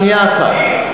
שנייה אחת,